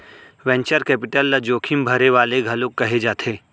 venture capital ल जोखिम भरे वाले घलोक कहे जाथे